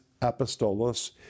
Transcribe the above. apostolos